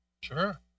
Sure